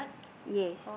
yes